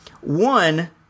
One